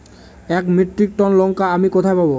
এক metric ton লঙ্কা আমি কোথায় পাবো?